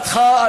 מזה ולא מזה.